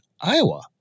Iowa